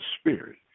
spirit